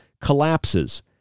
collapses